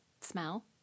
Smell